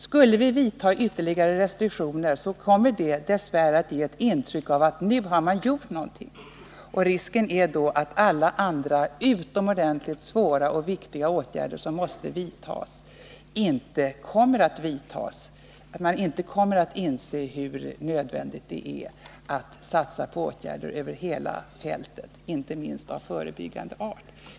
Skulle vi vidta ytterligare restriktioner skulle det dess värre ge ett intryck av att nu har man gjort någonting. Risken är då att alla andra utomordentligt viktiga åtgärder som måste vidtas inte kommer att vidtas, att man inte kommer att inse hur nödvändigt det är att satsa på åtgärder över hela fältet — inte minst av förebyggande art.